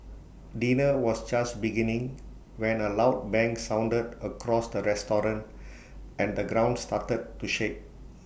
dinner was just beginning when A loud bang sounded across the restaurant and the ground started to shake